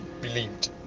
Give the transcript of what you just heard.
believed